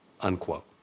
unquote